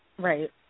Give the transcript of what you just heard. Right